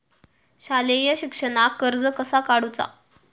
शालेय शिक्षणाक कर्ज कसा काढूचा?